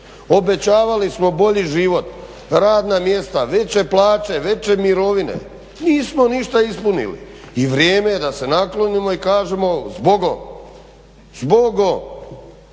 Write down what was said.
Obećavali smo bolji život, radna mjesta, veće plaće, veće mirovine, nismo ništa ispunili. I vrijeme je da se naklonimo i kažemo zbogom, zbogom.